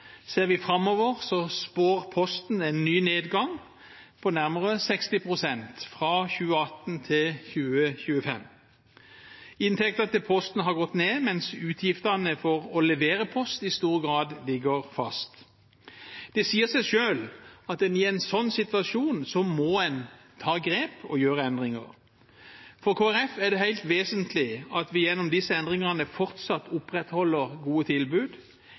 Ser vi framover, spår Posten en ny nedgang, på nærmere 60 pst., fra 2018 til 2025. Inntektene til Posten har gått ned, mens utgiftene for å levere post i stor grad ligger fast. Det sier seg selv at i en slik situasjon må man ta grep og gjøre endringer. For Kristelig Folkeparti er det helt vesentlig at vi gjennom disse endringene fortsatt opprettholder gode tilbud,